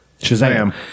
Shazam